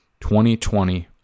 2020